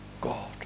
God